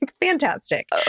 Fantastic